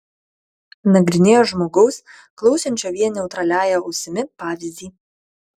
nagrinėjo žmogaus klausančio vien neutraliąja ausimi pavyzdį